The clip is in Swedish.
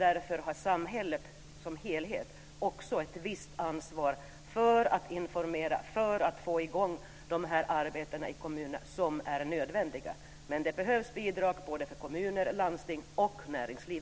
Därför har samhället som helhet också ett visst ansvar för att informera och för att få i gång de här arbetena i kommunerna som är nödvändiga, men det behövs bidrag både för kommuner, landsting och näringsliv.